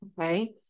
Okay